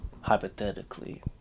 hypothetically